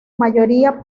mayoría